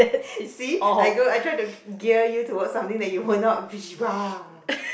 see I go I try to gear you towards something that you will not